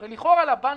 הרי לכאורה לבנקים,